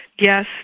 Yes